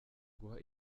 guha